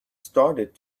started